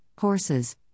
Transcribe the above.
horses